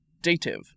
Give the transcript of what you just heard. Dative